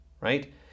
right